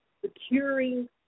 securing